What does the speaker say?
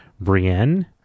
Brienne